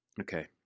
okay